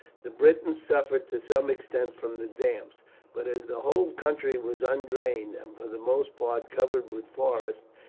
the britons suffered to some extent from the damps but as the whole country was undrained, and for the most part covered with forest,